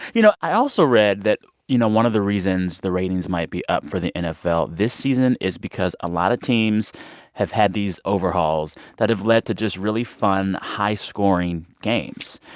you know, i also read that, you know, one of the reasons the ratings might be up for the nfl this season is because a lot of teams have had these overhauls that have led to just really fun, high-scoring games.